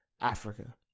Africa